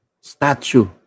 Statue